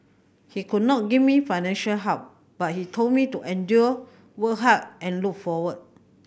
he could not give me financial help but he told me to endure work hard and look forward